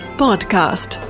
podcast